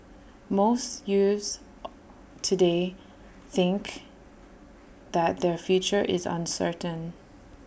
most youths today think that their future is uncertain